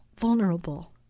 vulnerable